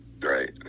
Right